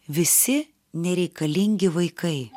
visi nereikalingi vaikai